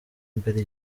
imbere